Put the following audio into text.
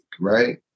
right